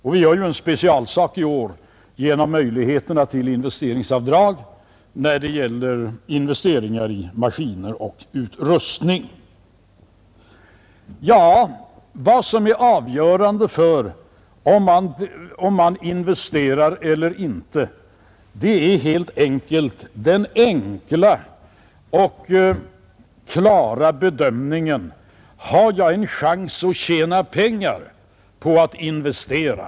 Vi vidtar också en specialåtgärd i år genom möjligheterna till investeringsavdrag när det gäller investeringar i maskiner och utrustning. Ja, vad som är avgörande för om en företagare investerar eller inte är den enkla och klara bedömningen: Har jag en chans att tjäna pengar på att investera?